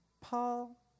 Paul